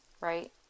right